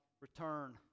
return